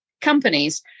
companies